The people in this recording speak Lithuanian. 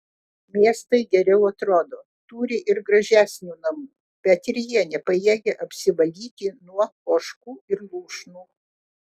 miestai geriau atrodo turi ir gražesnių namų bet ir jie nepajėgia apsivalyti nuo ožkų ir lūšnų